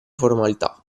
formalità